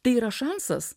tai yra šansas